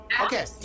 Okay